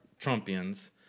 Trumpians